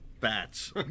bats